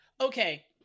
okay